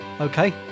Okay